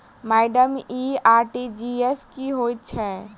Madam इ RTGS की होइ छैय?